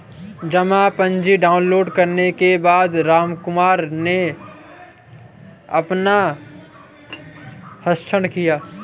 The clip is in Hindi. जमा पर्ची डाउनलोड करने के बाद रामकुमार ने अपना हस्ताक्षर किया